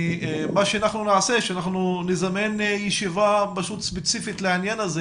אנחנו נזמן ישיבה ספציפית לעניין הזה